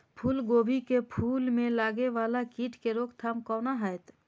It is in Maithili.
फुल गोभी के फुल में लागे वाला कीट के रोकथाम कौना हैत?